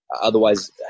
otherwise